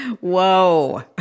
whoa